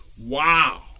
Wow